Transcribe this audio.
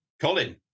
Colin